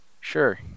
Sure